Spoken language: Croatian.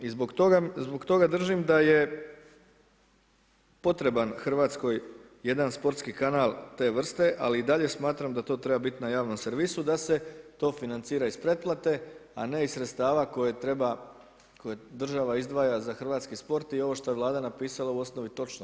I zbog toga držim da je potreban Hrvatskoj jedan sportski kanal te vrste, ali i dalje smatram da to treba biti na javnom servisu da se to financira iz pretplate, a ne iz sredstava koje država izdvaja za hrvatski sport i ovo što je Vlada napisala u osnovi je točno.